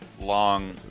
long